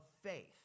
faith